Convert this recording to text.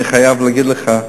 אני חייב להגיד לך,